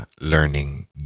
learning